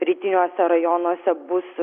rytiniuose rajonuose bus